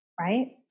right